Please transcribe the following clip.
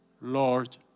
Lord